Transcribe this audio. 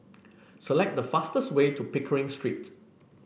select the fastest way to Pickering Street